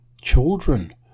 children